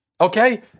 Okay